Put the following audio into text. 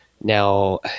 Now